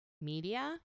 media